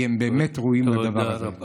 כי הם באמת ראויים לדבר הזה.